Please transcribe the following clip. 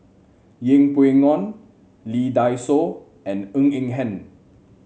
Yeng Pway Ngon Lee Dai Soh and Ng Eng Hen